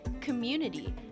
community